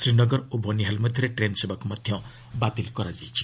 ଶ୍ରୀନଗର ଓ ବନିହାଲ୍ ମଧ୍ୟରେ ଟ୍ରେନ୍ ସେବାକୁ ମଧ୍ୟ ବାତିଲ କରାଯାଇଛି